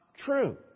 true